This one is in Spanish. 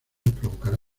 provocará